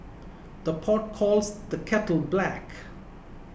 the pot calls the kettle black